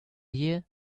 year